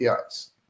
apis